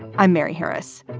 i'm mary harris.